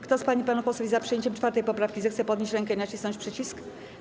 Kto z pań i panów posłów jest za przyjęciem 4. poprawki, zechce podnieść rękę i nacisnąć przycisk.